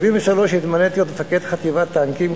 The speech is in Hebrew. ב-1973 התמניתי להיות מפקד חטיבת טנקים,